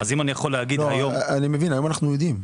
היום אנחנו יודעים.